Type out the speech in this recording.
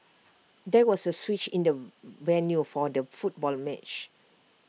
there was A switch in the venue for the football match